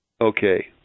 Okay